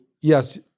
yes